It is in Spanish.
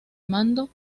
mando